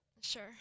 Sure